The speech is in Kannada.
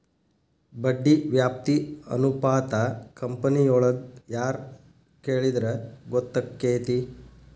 ಬಡ್ಡಿ ವ್ಯಾಪ್ತಿ ಅನುಪಾತಾ ಕಂಪನಿಯೊಳಗ್ ಯಾರ್ ಕೆಳಿದ್ರ ಗೊತ್ತಕ್ಕೆತಿ?